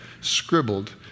scribbled